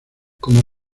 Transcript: como